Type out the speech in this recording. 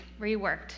reworked